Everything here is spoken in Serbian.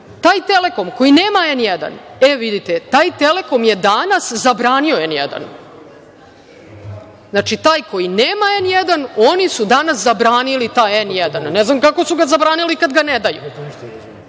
taj „Telekom“ koji nema „N1“, vidite, taj „Telekom“ je danas zabranio „N1“. Znači, taj koji nema „N1“, oni su danas zabranili taj „N1“. Ne znam kako su ga zabranili kad ga ne